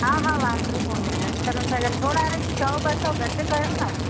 हा हा वांदो कोने अॼुकल्ह असांखे थोरा हाणे सौ ॿ सौ घटि कयो न